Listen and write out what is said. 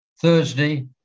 Thursday